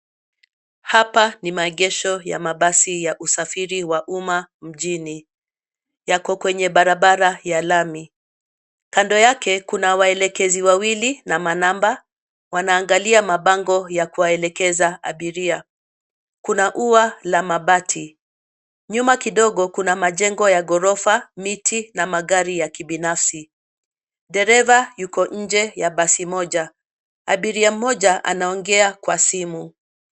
Hapa ni magesho ya mabasi ya usafiri wa umma mjini, yako kwenye barabara ya lami, Kando yake kunawaelekezi wawili na manamba wanaangalia mabango ya kuwaelekeza abiria. Kuna ua la mabati. Nyuma kidogo, kuna majengo ya ghorofa miti na magari ya kibinafsi. Dereva yuko nje ya basi moja .Abiria mmoja anaongea kwa simu.